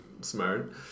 smart